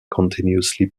continuously